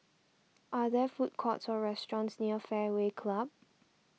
are there food courts or restaurants near Fairway Club